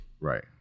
Right